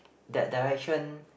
that direction